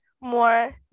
more